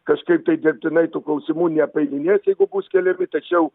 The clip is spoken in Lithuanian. kažkaip tai dirbtinai tų klausimų neapeidinės jeigu bus keliami tačiau